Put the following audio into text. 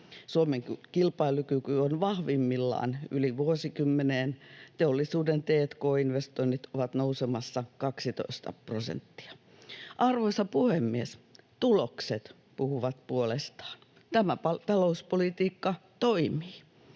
Suomen kilpailukyky on vahvimmillaan yli vuosikymmeneen. Teollisuuden t&k-investoinnit ovat nousemassa 12 prosenttia. Arvoisa puhemies! Tulokset puhuvat puolestaan. Tämä talouspolitiikka toimii.